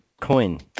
coin